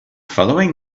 following